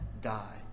die